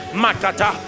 makata